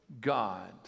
God